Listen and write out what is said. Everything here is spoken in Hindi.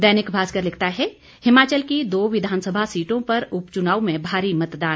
दैनिक भास्कर लिखता है हिमाचल की दो विधानसभा सीटों पर उपच्चनाव में भारी मतदान